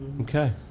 okay